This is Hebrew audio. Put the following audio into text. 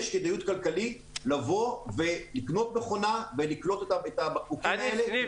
יש כדאיות כלכלית לבוא ולקנות מכונה ולקלוט את הבקבוקים האלה,